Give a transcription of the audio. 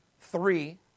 three